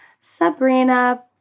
Sabrina